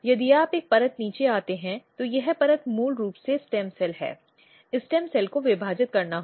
यदि आप एक परत नीचे आते हैं तो यह परत मूल रूप से स्टेम सेल है स्टेम सेल को विभाजित करना होगा